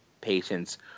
patients